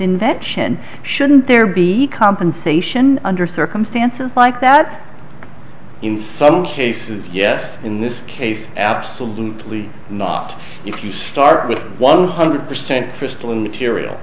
invention shouldn't there be compensation under circumstances like that in some cases yes in this case absolutely not if you start with one hundred percent